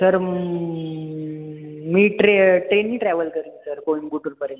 sir मी ट्रे ट्रेनने ट्रॅव्हल करेन सर कोईम्बतूरपर्यंत